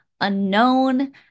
unknown